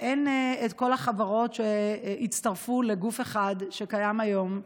אין את כל החברות שהצטרפו לגוף אחד שקיים היום.